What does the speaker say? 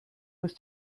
was